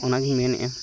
ᱚᱱᱟ ᱜᱮᱧ ᱢᱮᱱᱮᱜᱼᱟ